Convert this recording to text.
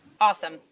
Awesome